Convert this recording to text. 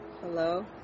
Hello